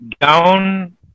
down